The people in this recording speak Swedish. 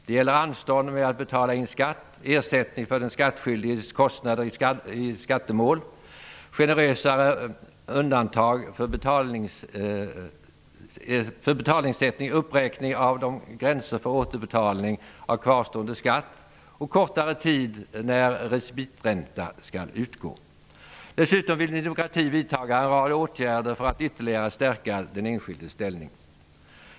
Det gäller anstånd med att betala in skatt, ersättning för den skattskyldiges kostnader i skattemål, generösare undantag vid betalningssäkring och uppräkning av gränser för återbetalning av kvarstående skatt och kortare tid när respitränta skall utgå. Dessutom vill Ny demokrati vidtaga en rad åtgärder för att ytterligare stärka den enskildes ställning.